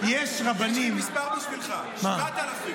יש רבנים --- יש לי מספר בשבילך,